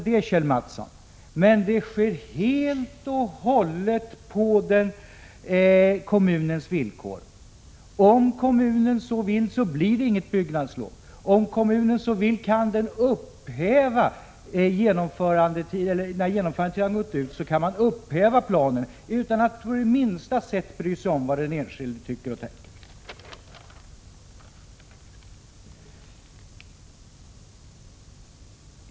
Ja visst, Kjell Mattsson, men det sker helt och hållet på kommunens 26 november 1986 villkor. Om kommunen så vill blir det inget bygglov, om kommunen så vill. Z GG GR oo kan den när genomförandetiden utgått upphäva planen utan att på det minsta sätt bry sig om vad den enskilde tycker och tänker.